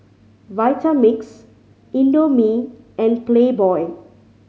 Vitamix Indomie and Playboy